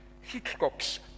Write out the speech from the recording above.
Hitchcock's